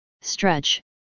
stretch